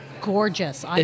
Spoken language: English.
Gorgeous